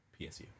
PSU